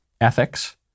ethics